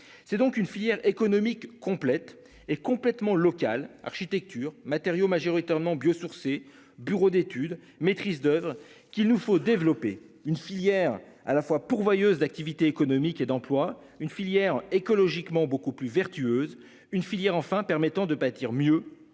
C'est donc une filière économique complète et complètement Local architecture matériaux majoritairement biosourcés, bureau d'étude Maîtrise d'oeuvre qu'il nous faut développer une filière à la fois pourvoyeuse d'activité économique et d'emploi une filière écologiquement beaucoup plus vertueuses une filière enfin permettant de bâtir mieux